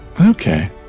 Okay